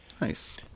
Nice